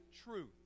truth